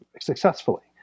successfully